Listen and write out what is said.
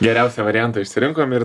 geriausią variantą išsirinkom ir